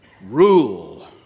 rule